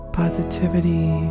positivity